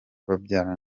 babyara